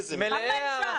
באמת.